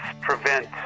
prevent